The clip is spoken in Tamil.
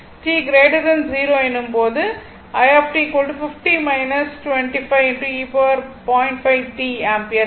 t 0 எனும் போது ஆம்பியர் கிடைக்கும்